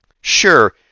Sure